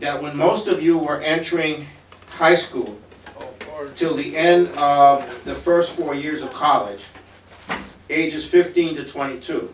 that most of you are entering high school till the end of the first four years of college ages fifteen to twenty two